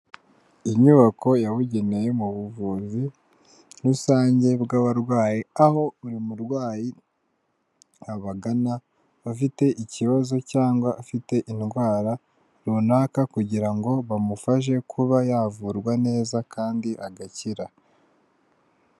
Inyubako yabugenewe yo mu buvuzi rusange bw'abarwayi, aho buri murwayi abagana afite ikibazo cyangwa afite indwara runaka kugira ngo bamufashe kuba yavurwa neza kandi agakira.